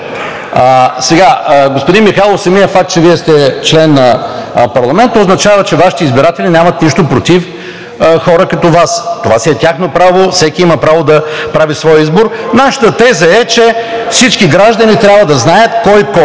бъдеще. Господин Михайлов, самият факт, че Вие сте член на парламента, означава, че Вашите избиратели нямат нищо против хора като Вас. Това си е тяхно право, всеки има право да прави своя избор, но нашата теза е, че всички граждани трябва да знаят кой кой е